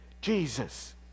Jesus